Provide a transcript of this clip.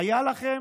היו לכם